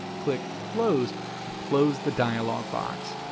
click close to close the dialog box.